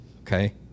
Okay